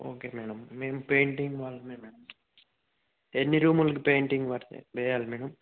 okay madam మేము painting వాళ్ళమే madam ఎన్ని రూములకి పెయింటింగ్ వ వేయాలి మేడం